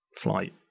flight